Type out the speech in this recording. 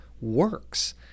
works